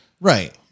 right